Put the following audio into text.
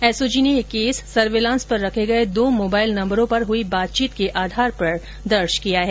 SOG ने यह case surveillance पर रखे गए दो मोबाइल नंबरों पर हुई बातचीत के आधार पर दर्ज किया है